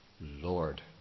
Lord